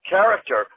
character